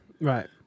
right